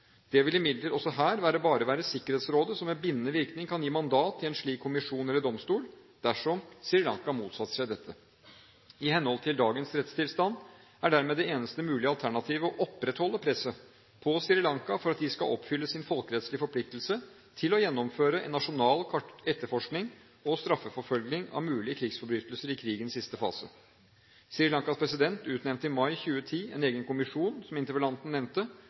Det ville imidlertid også her bare være Sikkerhetsrådet som med bindende virkning kan gi mandat til en slik kommisjon eller domstol dersom Sri Lanka motsetter seg dette. I henhold til dagens rettstilstand er dermed det eneste mulige alternativet å opprettholde presset på Sri Lanka for at de skal oppfylle sin folkerettslige forpliktelse til å gjennomføre en nasjonal etterforskning og straffeforfølgning av mulige krigsforbrytelser i krigens siste fase. Sri Lankas president utnevnte i mai 2010 en egen kommisjon, som interpellanten nevnte,